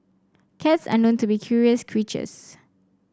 cats are known to be curious creatures